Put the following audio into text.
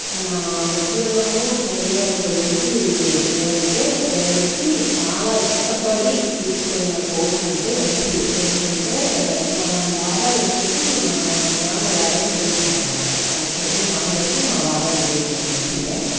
నా ఉద్యోగము కెరియర్ గురించి ఏమంటే నేనొచ్చి చాలా ఇష్టపడి తీసుకున్న కోర్స్ అంటే ఎంసిఏ ఎందుకంటే మా బాబాయ్ వచ్చేసి మా నాన్న గారే చదివిచ్చారనమాట అయన చదువు మానేసి మా బాబాయిని చదివిచ్చాడు ఎంసిఏ